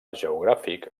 geogràfic